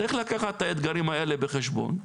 צריך לקחת את האתגרים האלה בחשבון.